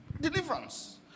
Deliverance